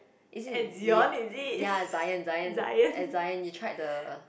is it Zio~ ya Zion Zion at Zion you tried the